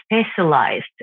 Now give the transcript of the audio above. specialized